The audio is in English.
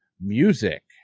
music